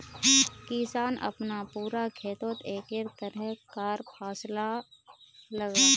किसान अपना पूरा खेतोत एके तरह कार फासला लगाः